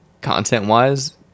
content-wise